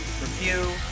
review